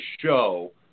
show